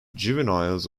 juveniles